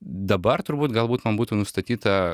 dabar turbūt galbūt man būtų nustatyta